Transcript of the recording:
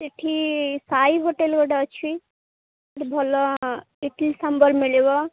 ଏଠି ସାଇ ହୋଟେଲ୍ ଗୋଟେ ଅଛି ଏଠି ଭଲ ଇଡିଲି ସାମ୍ବର ମିଳିବ